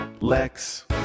Lex